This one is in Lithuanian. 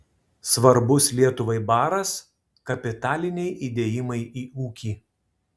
svarbus lietuvai baras kapitaliniai įdėjimai į ūkį